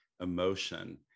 emotion